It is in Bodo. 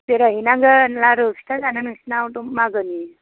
बेरायहैनांगोन लारु फिथा जानो नोंसोनाव मागोनि